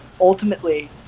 ultimately